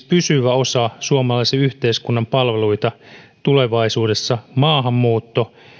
pysyvä osa suomalaisen yhteiskunnan palveluita tulevaisuudessa maahanmuutto